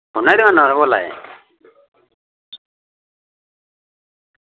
फोनै आह्ली दुकान उप्परा बोल्ला दे